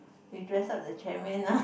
you dress up the chairman lah